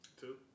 Two